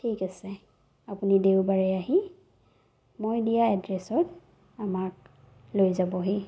ঠিক আছে আপুনি দেওবাৰে আহি মই দিয়া এড্ৰেছত আমাক লৈ যাবহি